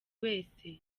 wese